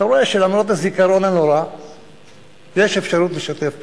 אתה רואה שלמרות הזיכרון הנורא יש אפשרות לשתף פעולה.